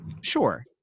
sure